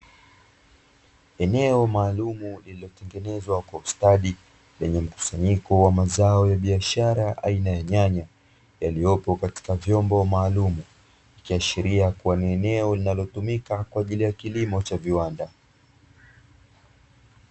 Eneo maalumu lililotengenezwa kwa ustadi lenye mkusanyiko wa mazao ya biashara aina ya nyanya yaliyopo katika vyombo maalumu, ikiashiria kuwa ni eneo linalotumika kwa ajili ya kilimo cha viwanda.